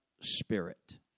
spirit